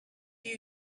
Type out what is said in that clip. you